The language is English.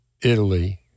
Italy